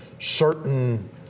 certain